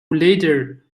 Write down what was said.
later